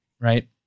right